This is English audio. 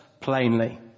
plainly